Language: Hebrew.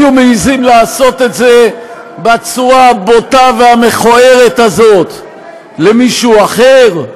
היו מעזים לעשות את זה בצורה הבוטה והמכוערת הזאת למישהו אחר?